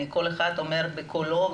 כל אחד אומר בקולו,